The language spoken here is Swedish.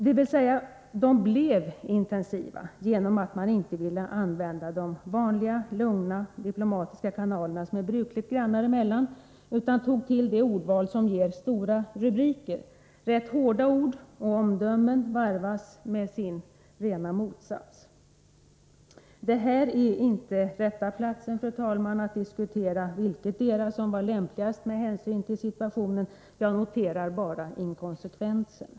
Förhandlingarna blev intensiva genom att man inte ville använda de vanliga lugna diplomatiska kanalerna som är brukligt grannar emellan utan tog till det ordval som ger stora rubriker där hårda ord och omdömen varvas med raka motsatser. Detta är, fru talman, inte rätta platsen att diskutera vilket som var Nr 151 lämpligast med hänsyn till situationen. Jag noterar bara inkonsekvensen.